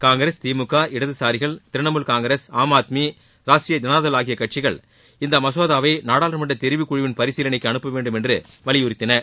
காங்கிரஸ் திமுக இடதுசாரிகள் திரிணாமுல் காங்கிரஸ் ஆம்ஆத்மி ராஷ்டிரிய ஜனதாதள் ஆகிய கட்சிகள் இந்த மசோதாவை நாடாளுமன்ற தெரிவு குழுவின் பரிசீலனைக்கு அனுப்பவேண்டும் என்று வலியுறுத்தினர்